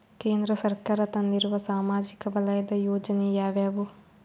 ಕೇಂದ್ರ ಸರ್ಕಾರ ತಂದಿರುವ ಸಾಮಾಜಿಕ ವಲಯದ ಯೋಜನೆ ಯಾವ್ಯಾವು?